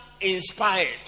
inspired